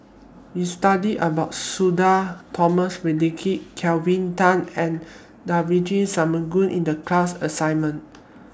We studied about Sudhir Thomas Vadaketh Kelvin Tan and Devagi Sanmugam in The class assignment